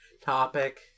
topic